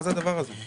מה זה הדבר הזה?